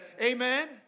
Amen